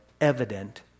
evident